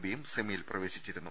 ബിയും സെമിയിൽ പ്രവേശിച്ചിരുന്നു